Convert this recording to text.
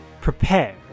Prepare